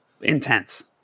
intense